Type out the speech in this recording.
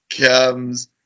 comes